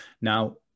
Now